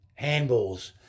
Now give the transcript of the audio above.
handballs